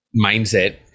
mindset